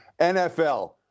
NFL